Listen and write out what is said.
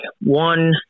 one